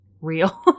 real